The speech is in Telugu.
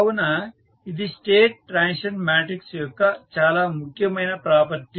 కావున ఇది స్టేట్ ట్రాన్సిషన్ మాట్రిక్స్ యొక్క చాలా ముఖ్యమైన ప్రాపర్టీ